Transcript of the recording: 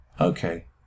okay